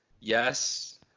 yes